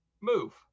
move